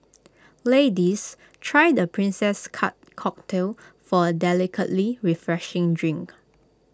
ladies try the princess cut cocktail for A delicately refreshing drink